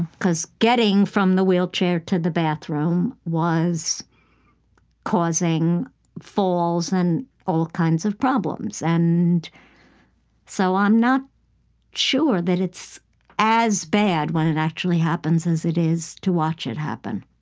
because getting from the wheelchair to the bathroom was causing falls and all kinds of problems, and so i'm not sure that it's as bad when it actually happens as it is to watch it happen.